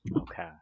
Okay